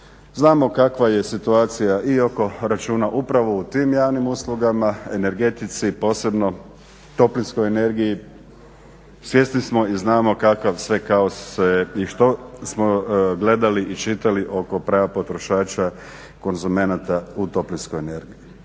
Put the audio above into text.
Znamo kakva je situacija i oko računa upravo u tim javnim uslugama, energetici, posebno toplinskoj energiji. Svjesni smo i znamo kakav sve kaos se i što smo gledali i čitali oko prava potrošača, konzumenata u toplinskoj energiji.